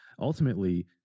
Ultimately